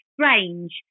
strange